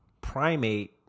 primate